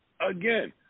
Again